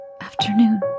Afternoon